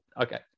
Okay